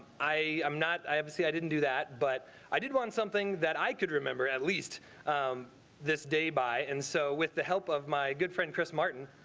i i'm not. i um see i didn't do that, but i did want something that i could remember at least this day. bye and so with the help of my good friend chris martin